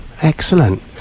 Excellent